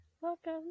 welcome